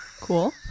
Cool